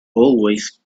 always